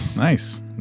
nice